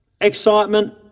Excitement